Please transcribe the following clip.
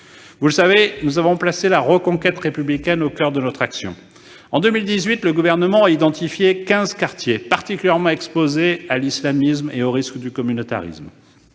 Vous le savez, nous avons placé la reconquête républicaine au coeur de notre action. En 2018, le Gouvernement a identifié quinze quartiers particulièrement exposés à l'islamisme et au risque de communautarisme